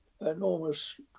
enormous